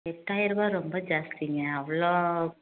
எட்டாயிரம் ரூபாய் ரொம்ப ஜாஸ்தீங்க அவ்வளோ